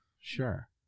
sure